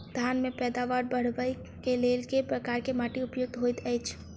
धान केँ पैदावार बढ़बई केँ लेल केँ प्रकार केँ माटि उपयुक्त होइत अछि?